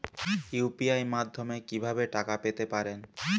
UPI মাধ্যমে কি ভাবে টাকা পেতে পারেন?